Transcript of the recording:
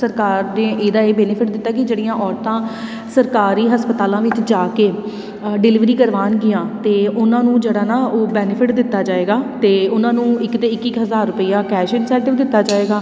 ਸਰਕਾਰ ਦੇ ਇਹਦਾ ਇਹ ਬੈਨੀਫਿਟ ਦਿੱਤਾ ਕਿ ਜਿਹੜੀਆਂ ਔਰਤਾਂ ਸਰਕਾਰੀ ਹਸਪਤਾਲਾਂ ਵਿੱਚ ਜਾ ਕੇ ਅ ਡਿਲੀਵਰੀ ਕਰਵਾਉਣਗੀਆਂ ਅਤੇ ਉਹਨਾਂ ਨੂੰ ਜਿਹੜਾ ਨਾ ਉਹ ਬੈਨੀਫਿਟ ਦਿੱਤਾ ਜਾਏਗਾ ਅਤੇ ਉਹਨਾਂ ਨੂੰ ਇੱਕ ਤਾਂ ਇੱਕ ਇੱਕ ਹਜ਼ਾਰ ਰੁਪਇਆ ਕੈਸ਼ ਦਿੱਤਾ ਜਾਏਗਾ